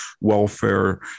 welfare